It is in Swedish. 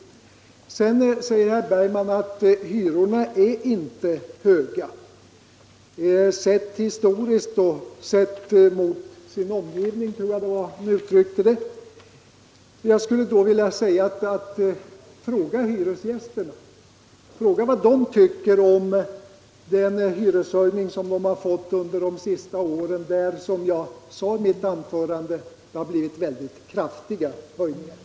Herr Bergman säger också att hyrorna är inte höga — sedda historiskt och sedda mot sin omgivning, tror jag att han uttryckte det. Jag skulle då vilja säga: Fråga hyresgästerna! Fråga vad de tycker om den hyreshöjning som de har fått under de senaste åren. Som jag sade i mitt anförande har det blivit väldigt kraftiga höjningar.